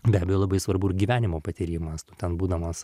be abejo labai svarbu ir gyvenimo patyrimas tu ten būdamas